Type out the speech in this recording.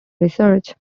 research